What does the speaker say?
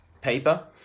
paper